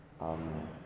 Amen